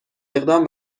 اقدام